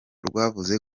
rwavuze